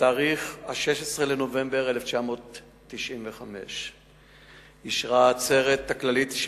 בתאריך 16 בנובמבר 1995 אישרה העצרת הכללית של